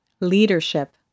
Leadership